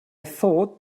thought